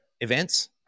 events